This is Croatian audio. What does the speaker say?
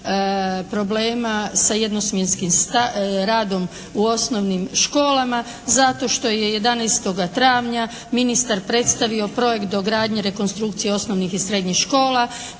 problema sa jednosmjenskim radom u osnovnim školama zato što je 11. travnja ministar predstavio projekt dogradnje, rekonstrukcije osnovnih i srednjih škola,